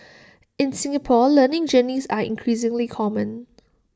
in Singapore learning journeys are increasingly common